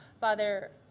Father